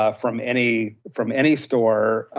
ah from any from any store,